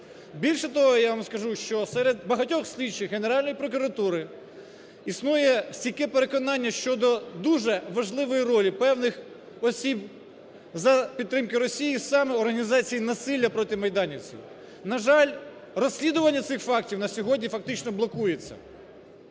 Більше того, я вам скажу, що серед багатьох слідчих Генеральної прокуратури існує стійке переконання щодо дуже важливої ролі певних осіб за підтримки Росії саме організації насилля проти майданівців. На жаль, розслідування цих фактів на сьогодні фактично блокується.